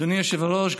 אדוני היושב-ראש,